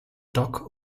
dock